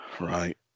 Right